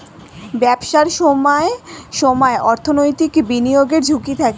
ব্যবসায় সময়ে সময়ে অর্থনৈতিক বিনিয়োগের ঝুঁকি থাকে